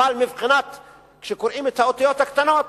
אבל כשקוראים את האותיות הקטנות